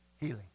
healing